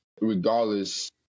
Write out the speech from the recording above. regardless